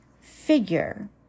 figure